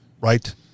right